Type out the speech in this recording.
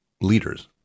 leaders